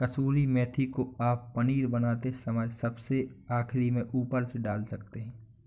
कसूरी मेथी को आप पनीर बनाते समय सबसे आखिरी में ऊपर से डाल सकते हैं